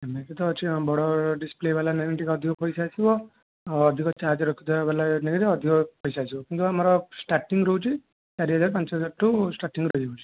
ଏମିତି ତ ଅଛି ବଡ଼ ଡିସପ୍ଲେ ବାଲା ନେଲେ ଟିକେ ଅଧିକ ପଇସା ଆସିବ ଅଧିକ ଚାର୍ଜ ରଖୁଥିବା ବାଲା ନେଲେ ବି ଅଧିକ ପଇସା ଆସିବ କିନ୍ତୁ ଆମର ଷ୍ଟାର୍ଟଙ୍ଗି ରହୁଛି ଚାରିହଜାର ପାଞ୍ଚହଜାରଠୁ ଷ୍ଟାର୍ଟଙ୍ଗି ରହିଯାଉଛି